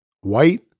white